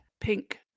pink